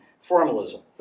formalism